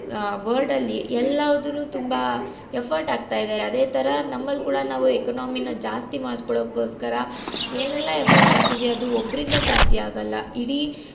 ವರ್ಲ್ಡಲ್ಲಿ ಎಲ್ಲವುದನ್ನು ತುಂಬ ಎಫರ್ಟ್ ಹಾಕ್ತಾಯಿದಾರೆ ಅದೇ ಥರ ನಮ್ಮಲ್ಲಿ ಕೂಡ ನಾವು ಎಕಾನಮಿನ ಜಾಸ್ತಿ ಮಾಡಿಕೊಳ್ಳೊಕೋಸ್ಕರ ಏನೆಲ್ಲ ಎಫರ್ಟ್ ಹಾಕ್ತೀವಿ ಅದು ಒಬ್ಬರಿಂದ ಸಾಧ್ಯ ಆಗೋಲ್ಲ ಇಡೀ